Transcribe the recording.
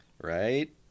right